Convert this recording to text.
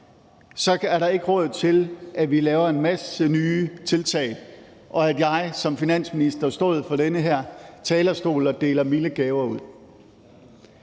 så er der ikke råd til, at vi laver en masse nye tiltag, og at jeg som finansminister står på den her talerstol og deler milde gaver ud.